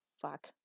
Fuck